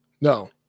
No